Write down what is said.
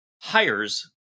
hires